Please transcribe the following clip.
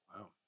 Wow